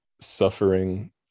suffering